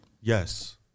Yes